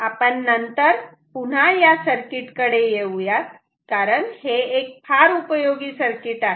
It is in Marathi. आपण नंतर या सर्किट कडे पुन्हा येऊ यात कारण हे एक फार उपयोगी सर्किट आहे